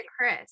Chris